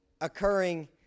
occurring